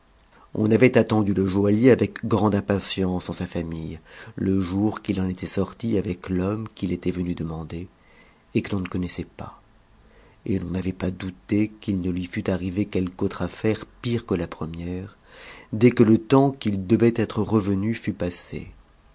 on avait attendu le joaillier avec grande impatience dans sa famille le jour qu'il en était sorti avec l'homme qui l'était venu demander et que l'on ne connaissait pas et l'on n'avait pas douté qu'il ne lui fût arrivé quelque autre affaire pire que la première dès que le temps qu'il devait être revenu fut passé